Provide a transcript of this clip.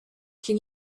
can